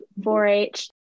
4-H